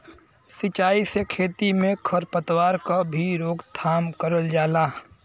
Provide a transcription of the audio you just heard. सिंचाई से खेती में खर पतवार क भी रोकथाम करल जाला